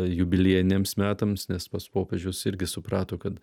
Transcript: jubiliejiniams metams nes pats popiežius irgi suprato kad